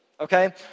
okay